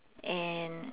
and